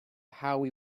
howie